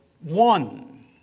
one